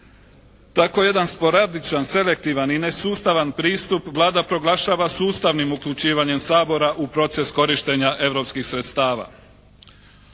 Tako jedan sporadičan, selektivan i nesustavan pristup Vlada proglašava sustavnim uključivanjem Sabora u proces korištenja europskih sredstava.